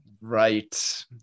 right